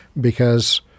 because-